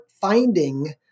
finding